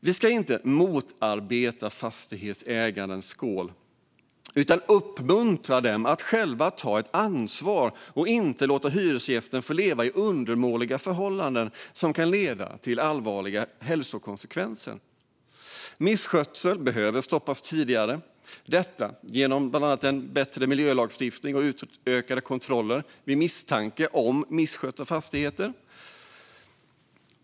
Vi ska inte motarbeta fastighetsägarnas vågskål utan uppmuntra dem att själva ta ett ansvar och inte låta hyresgästerna få leva under undermåliga förhållanden som kan få allvarliga hälsokonsekvenser. Misskötsel behöver stoppas tidigare, detta genom bland annat en bättre miljölagstiftning och utökade kontroller vid misstanke om misskötta fastigheter.